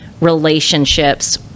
relationships